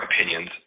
opinions